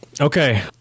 Okay